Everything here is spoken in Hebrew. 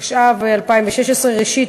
התשע"ו 2016. ראשית,